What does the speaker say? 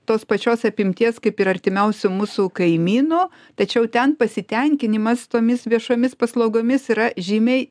tos pačios apimties kaip ir artimiausių mūsų kaimynų tačiau ten pasitenkinimas tomis viešomis paslaugomis yra žymiai